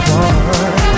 one